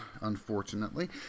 unfortunately